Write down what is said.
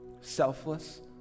selfless